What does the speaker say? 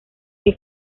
que